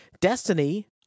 Destiny